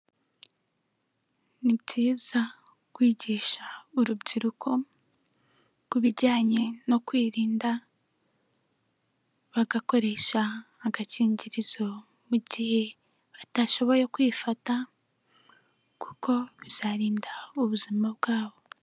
Ni byiza kwigisha urubyiruko ku bijyanye no kwirinda bagakoresha agakingirizo mu gihe batashoboye kwifata, kuko bizarinda ubuzima bwabo.